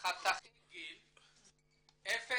חתכי גיל 19-0,